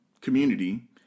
community